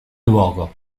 luogo